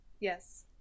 Yes